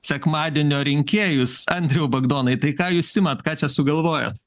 sekmadienio rinkėjus andriau bagdonai tai ką jūs imat ką čia sugalvojot